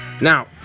Now